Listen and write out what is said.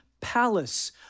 palace